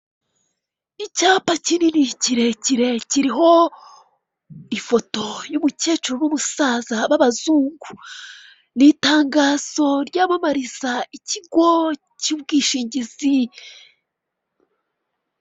Icyapa kinini kirekire kiriho ifoto y' umukecuru n' umusaza b' abazungu ni itangazo ryamamariza ikigo cy' ubwishingizi.